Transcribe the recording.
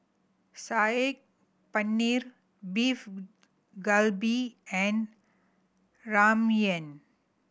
Saag Paneer Beef Galbi and Ramyeon